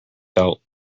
felt